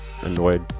annoyed